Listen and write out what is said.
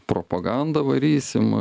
propagandą varysim